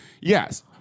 yes